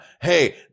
hey